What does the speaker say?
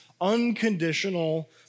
unconditional